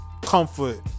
comfort